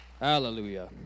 hallelujah